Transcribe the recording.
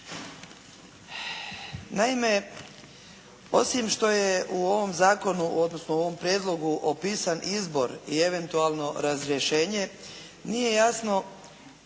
Naime, osim što je u ovom zakonu odnosno u ovom prijedlogu opisan izbor i eventualno razrješenje nije jasno